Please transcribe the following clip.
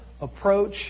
approach